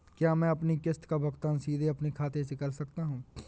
क्या मैं अपनी किश्त का भुगतान सीधे अपने खाते से कर सकता हूँ?